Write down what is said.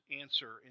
answer